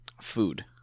Food